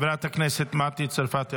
חברת הכנסת מטי צרפתי הרכבי,